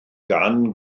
gan